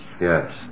yes